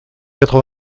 quatre